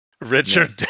richard